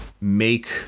make